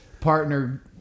partner